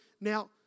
Now